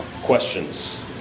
questions